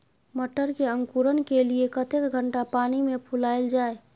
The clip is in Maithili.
मटर के अंकुरण के लिए कतेक घंटा पानी मे फुलाईल जाय?